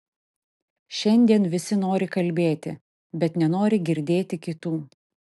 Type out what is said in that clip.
šiandien visi nori kalbėti bet nenori girdėt kitų